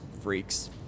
Freaks